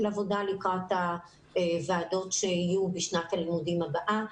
עבודה לקראת הוועדות שיהיו בשנת הלימודים הבאה.